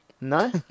No